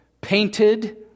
painted